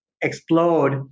explode